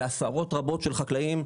בעשרות רבות של חקלאים,